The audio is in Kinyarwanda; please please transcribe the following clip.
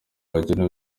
bakene